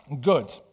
good